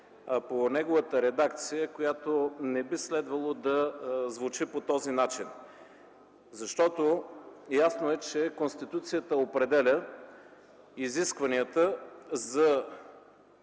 по неговата редакция, която не би следвало да звучи по този начин. Защото е ясно, че Конституцията определя изискванията за